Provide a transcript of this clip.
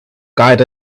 guide